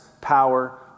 power